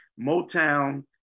Motown